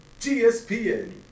GSPN